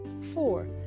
Four